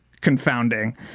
confounding